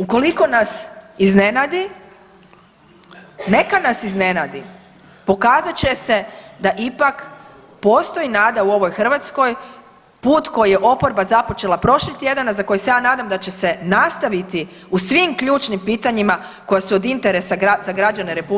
Ukoliko nas iznenadi, neka nas iznenadi, pokazat će se da ipak postoji nada u ovoj Hrvatskoj, put koji je oporba započela prošli tjedan a za koji se ja nadam da će se nastaviti u svim ključnim pitanjima koja su od interesa za građane RH